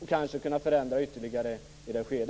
Vi kanske hade kunnat göra ytterligare förändringar i det skedet.